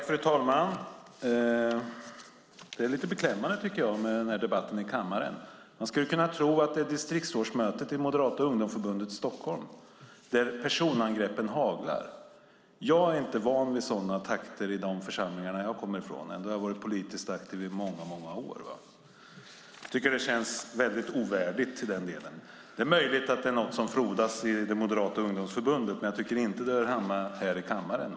Fru talman! Det är lite beklämmande med den här debatten i kammaren. Man skulle kunna tro att det är distriktsårsmöte i Moderata ungdomsförbundet i Stockholm där personangreppen haglar. Jag är inte van vid sådana takter i de församlingar som jag kommer från, och ändå har jag varit politiskt aktiv i många år. Det känns väldigt ovärdigt. Det är möjligt att det är något som frodas i Moderata ungdomsförbundet, men jag tycker inte att det hör hemma här i kammaren.